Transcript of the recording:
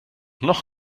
noch